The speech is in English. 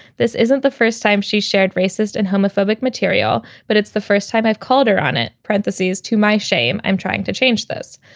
this isn't the first time she shared racist and homophobic material, but it's the first time i've called her on it. parentheses to my shame. i'm trying to change this.